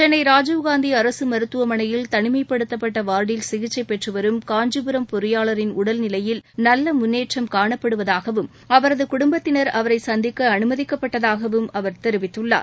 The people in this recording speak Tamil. சென்னை ராஜீவ்காந்தி அரசு மருத்துமனையில் தனிமைப்படுத்தப்பட்ட வார்டில் சிகிச்சைப் பெற்று வரும் காஞ்சிபுரம் பொறியாளரின் உடல்நிலையில் நல்ல முன்னேற்றம் காணப்படுவதாகவும் அவரது குடும்பத்தினர் அவரை சந்திக்க அனுமதிக்கப்பட்டதாகவும் அவர் தெரிவித்துள்ளார்